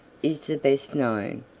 is the best known.